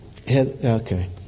Okay